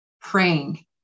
praying